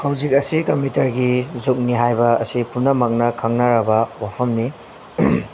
ꯍꯧꯖꯤꯛ ꯑꯁꯤ ꯀꯝꯄ꯭ꯌꯨꯇꯔꯒꯤ ꯖꯨꯒꯅꯤ ꯍꯥꯏꯕ ꯑꯁꯤ ꯄꯨꯝꯅꯃꯛꯅ ꯈꯪꯅꯔꯕ ꯋꯥꯐꯝꯅꯤ